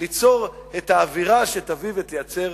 ליצור את האווירה שתביא ותייצר